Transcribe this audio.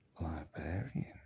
librarian